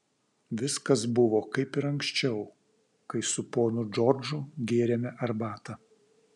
viskas buvo kaip ir anksčiau kai su ponu džordžu gėrėme arbatą